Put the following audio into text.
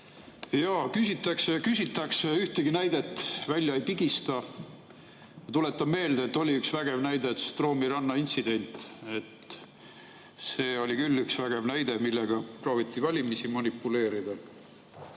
ja küsitakse, aga ühtegi näidet välja ei pigista. Ma tuletan meelde, et oli üks vägev näide: Stroomi ranna intsident. See oli küll üks vägev näide, millega prooviti valimistel manipuleerida.